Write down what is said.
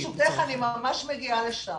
ברשותך, אני ממש מגיעה לשם.